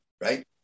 right